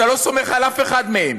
אתה לא סומך על אף אחד מהם.